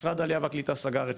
משרד העלייה והקליטה סגר את שעריו.